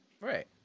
right